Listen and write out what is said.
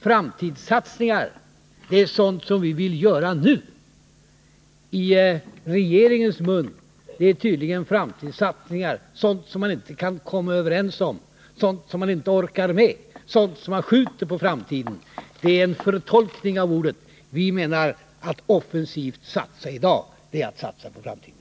Framtidssatsningar är sådant som vi vill göra nu. I regeringens mun är tydligen framtidssatsningar sådant som man inte kan komma överens om, sådant som man inte orkar med eller sådant som man skjuter på framtiden. En sådan tolkning innebär en förtorkning av detta begrepp. Vi menar att en offensiv satsning i dag är detsamma som en satsning på framtiden.